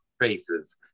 faces